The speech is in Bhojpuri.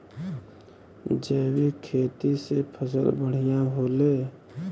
जैविक खेती से फसल बढ़िया होले